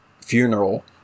funeral